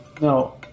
No